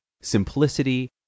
simplicity